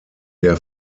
der